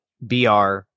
BR